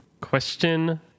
Question